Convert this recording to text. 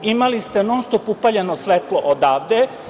Imali ste non-stop upaljeno svetlo odavde.